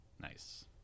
Nice